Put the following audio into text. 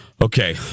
Okay